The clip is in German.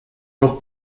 noch